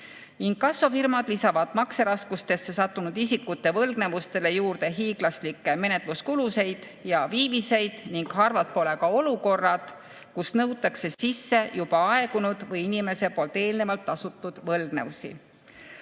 Inkassofirmad lisavad makseraskustesse sattunud isikute võlgnevustele juurde hiiglaslikke menetluskulusid ja viiviseid ning harvad pole ka olukorrad, kus nõutakse sisse aegunud või juba tasutud võlgnevusi.